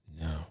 No